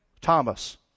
Thomas